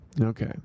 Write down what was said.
Okay